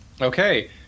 Okay